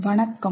வணக்கம்